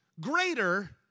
greater